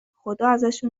خداازشون